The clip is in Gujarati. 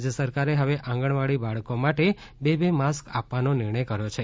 રાજ્ય સરકારે હવે આંગણવાડી બાળકો માટે બે બે માસ્ક આપવાનો નિર્ણય કર્યો છે